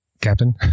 Captain